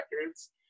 Records